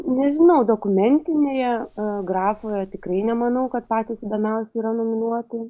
nežinau dokumentinėje grafoje tikrai nemanau kad patys įdomiausi yra nominuoti